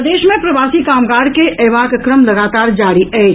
प्रदेश मे प्रवासी कामगार के अयबाक क्रम लगातार जारी अछि